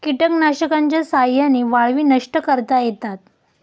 कीटकनाशकांच्या साह्याने वाळवी नष्ट करता येतात